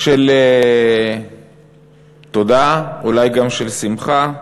של תודה, אולי גם של שמחה,